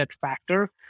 factor